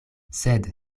sed